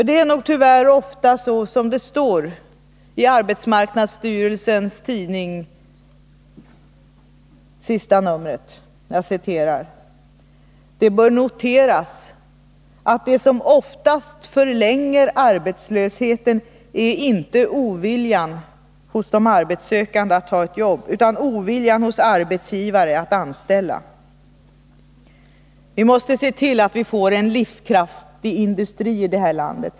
Det är nog tyvärr oftast så som det står i arbetsmarknadsstyrelsens tidning, senaste numret: ”Det bör noteras att det som oftast förlänger arbetslösheten är inte oviljan hos den arbetssökande att ta ett jobb utan oviljan hos arbetsgivare att anställa.” Vi måste se till att få en livskraftig industri i det här landet.